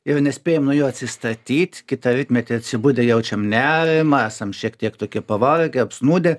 ir nespėjam nuo jo atsistatyt kitą rytmetį atsibudę jaučiam nerimą esam šiek tiek tokie pavargę apsnūdę